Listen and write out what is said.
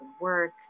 work